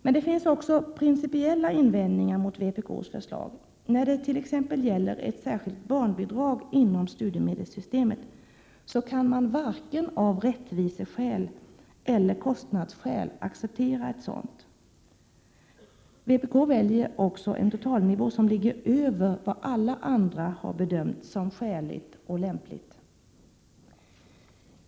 Men det finns också principiella invändningar mot vpk:s förslag. När det t.ex. gäller ett särskilt barnbidrag inom studiemedelssystemet kan man varken av rättviseskäl eller av kostnadsskäl acceptera ett sådant. Vpk väljer också en totalnivå som ligger över vad alla andra har bedömt som skäligt och lämpligt.